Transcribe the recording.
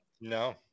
No